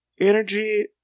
energy